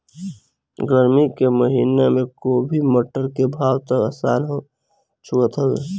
गरमी के महिना में गोभी, मटर के भाव त आसमान छुअत हवे